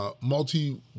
Multi